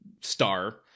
Star